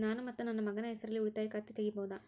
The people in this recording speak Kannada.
ನಾನು ಮತ್ತು ನನ್ನ ಮಗನ ಹೆಸರಲ್ಲೇ ಉಳಿತಾಯ ಖಾತ ತೆಗಿಬಹುದ?